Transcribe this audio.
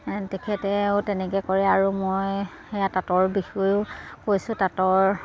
তেখেতেও তেনেকে কৰে আৰু মই সেয়া তাঁতৰ বিষয়েও কৈছোঁ তাঁতৰ